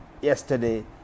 yesterday